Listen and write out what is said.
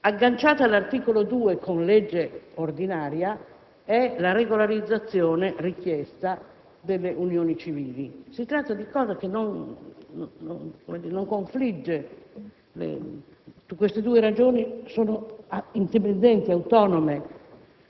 Agganciata all'articolo 2 con legge ordinaria è la regolarizzazione richiesta delle unioni civili. Si tratta di cosa che non confligge. Queste due ragioni sono indipendenti, autonome;